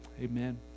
amen